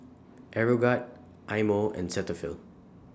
Aeroguard Eye Mo and Cetaphil